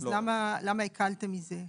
אז למה הקלתם בזה?